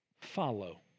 Follow